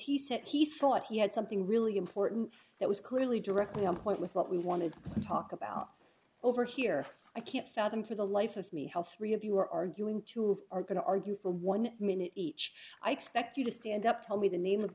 he said he thought he had something really important that was clearly directly on point with what we wanted to talk about over here i can't fathom for the life of me how three of you are arguing two are going to argue for one minute each i expect you to stand up tell me the name of